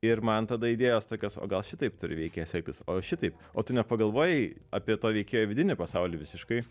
ir man tada idėjos tokios o gal šitaip turi veikėjas elgtis o šitaip o tu nepagalvojai apie to veikėjo vidinį pasaulį visiškai